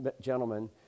gentlemen